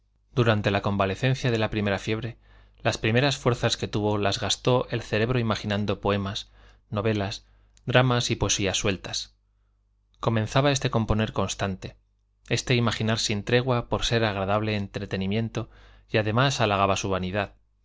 durante la convalecencia de la primera fiebre las primeras fuerzas que tuvo las gastó el cerebro imaginando poemas novelas dramas y poesías sueltas comenzaba este componer constante este imaginar sin tregua por ser agradable entretenimiento y además halagaba su vanidad